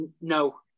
no